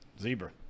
Zebra